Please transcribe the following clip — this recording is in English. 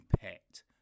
pet